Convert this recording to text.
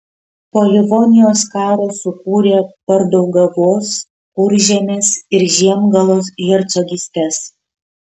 po livonijos karo sukūrė pardaugavos kuržemės ir žiemgalos hercogystes